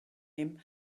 him